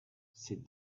said